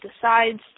decides